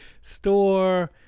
store